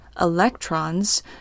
electrons